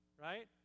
Right